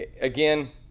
Again